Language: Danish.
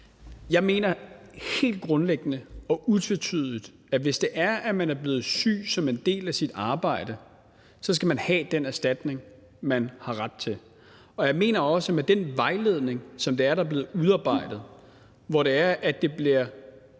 Jeg mener helt grundlæggende og utvetydigt, at hvis det er, at man er blevet syg som en del af sit arbejde, så skal man have den erstatning, man har ret til. Og jeg mener også, at med den vejledning, som der er blevet udarbejdet – hvor det bliver